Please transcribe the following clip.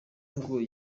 ngo